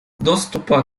доступа